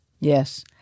Yes